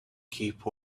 keep